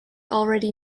already